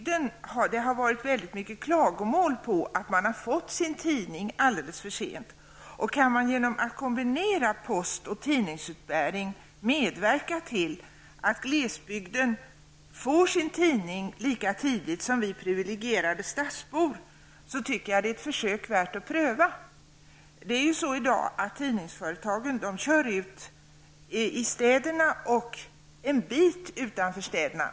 Det har förekommit väldigt många klagomål på att man i glesbygden har fått sin tidning alldeles för sent. Kan man genom att kombinera post och tidningsutbärningen medverka till att glesbygden får sin tidning lika tidigt som vi privilegierade stadsbor, tycker jag att det är ett försök värt att göra. Tidningsföretagen kör i dag ut i städerna och en bit utanför städerna.